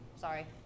Sorry